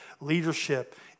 leadership